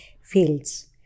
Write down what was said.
fields